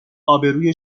آبروی